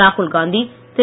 ராகுல் காந்தி திரு